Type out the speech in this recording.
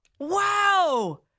Wow